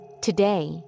Today